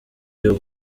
y’u